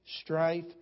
strife